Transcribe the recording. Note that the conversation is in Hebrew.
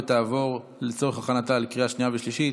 ותעבור לצורך הכנתה לקריאה שנייה ושלישית